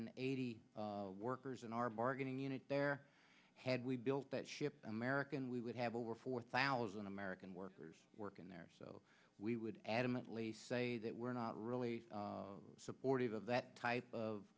hundred eighty workers in our bargaining unit there had we built that ship american we would have over four thousand american workers working there so we would adamantly say that we're not really supportive of that type of